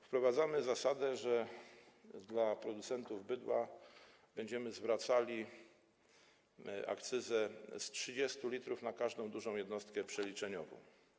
Wprowadzamy zasadę, że producentom bydła będziemy zwracali akcyzę z 30 l na każdą dużą jednostkę przeliczeniową.